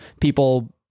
people